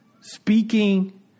speaking